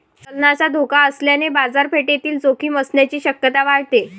चलनाचा धोका असल्याने बाजारपेठेतील जोखीम असण्याची शक्यता वाढते